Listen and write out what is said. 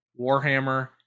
Warhammer